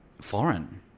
foreign